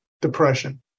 depression